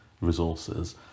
resources